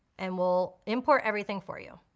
and we'll import everything for you.